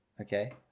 Okay